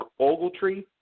Ogletree